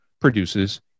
produces